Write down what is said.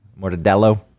mortadello